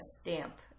stamp